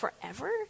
forever